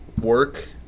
work